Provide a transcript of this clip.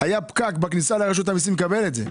היה פקק בכניסה לרשות המיסים כדי לקבל את זה.